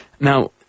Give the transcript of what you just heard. Now